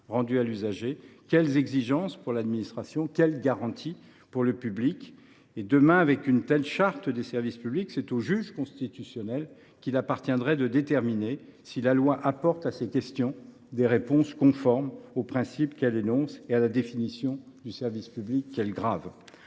rendu à l’usager ? Quelles exigences pour l’administration ? Quelles garanties pour le public ? Demain, avec une Charte des services publics, c’est au juge constitutionnel qu’il appartiendrait de déterminer si la loi apporte à ces questions des réponses conformes aux principes qu’elle énonce et à la définition du service public qu’elle grave.